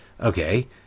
okay